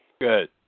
Good